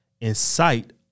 incite